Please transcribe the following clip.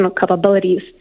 capabilities